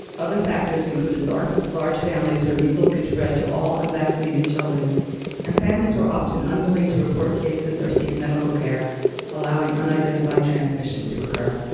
other factors included large large families where measles could spread to all unvaccinated children and families were often unwilling to report cases or seek medical care allowing unidentified transmission to occur.